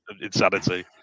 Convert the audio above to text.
insanity